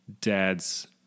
dad's